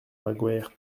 magoër